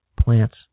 plants